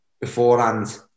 beforehand